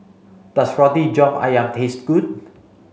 does Roti John Ayam taste good